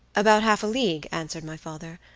about half a league, answered my father.